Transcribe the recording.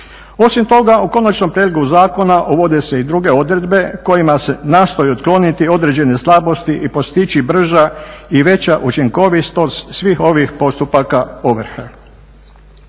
Osim toga u končanom prijedlogu zakona uvode se i druge odredbe kojima se nastoji otkloniti određene slabosti i postići brža i veća učinkovitost svih ovih postupaka ovrhe.